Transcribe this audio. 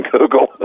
Google